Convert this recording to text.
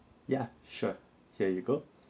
ya sure here you go